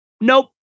Nope